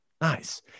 Nice